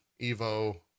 Evo